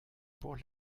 pour